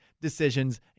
decisions